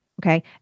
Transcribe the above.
Okay